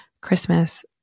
Christmas